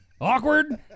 Awkward